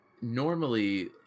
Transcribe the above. normally